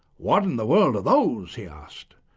what in the world are those? he asked.